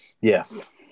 Yes